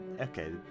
Okay